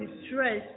distress